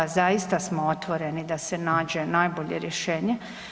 Zaista smo otvoreni da se nađe najbolje rješenje.